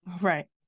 Right